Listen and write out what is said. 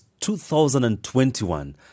2021